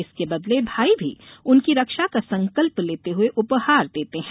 इसके बदले भाई भी उनकी रक्षा का संकल्प लेते हुए उपहार देते हैं